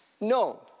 No